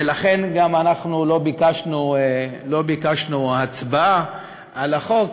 ולכן אנחנו גם לא ביקשנו הצבעה על החוק,